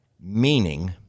Meaning